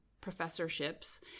professorships